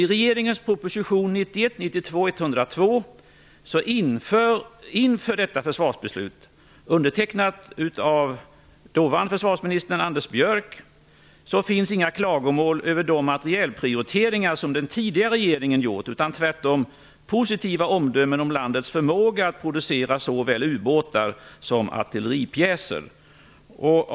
I regeringens proposition 1991/92:102 inför detta beslut, undertecknad av dåvarande försvarsminister Anders Björck, finns inga klagomål över de materielprioriteringar som den tidigare regeringen gjort, utan tvärtom positiva omdömen om landets förmåga att producera såväl ubåtar som artilleripjäser.